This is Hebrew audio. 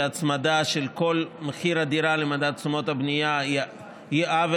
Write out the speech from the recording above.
שהצמדה של כל מחיר הדירה למדד תשומות הבנייה היא עוול,